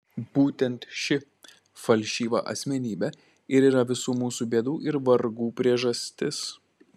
būtent ši falšyva asmenybė ir yra visų mūsų bėdų ir vargų priežastis